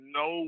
no